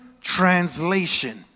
translation